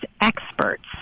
experts